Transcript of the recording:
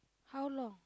how long